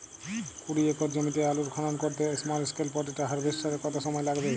কুড়ি একর জমিতে আলুর খনন করতে স্মল স্কেল পটেটো হারভেস্টারের কত সময় লাগবে?